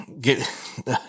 get